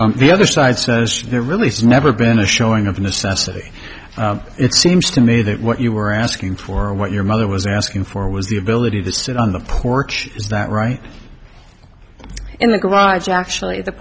well the other side says the release never been a showing of necessity it seems to me that what you were asking for what your mother was asking for was the ability to sit on the porch that right in the garage actually the